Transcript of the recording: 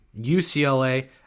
UCLA